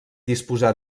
disposar